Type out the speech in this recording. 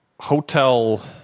hotel